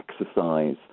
exercise